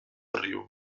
ryū